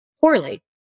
poorly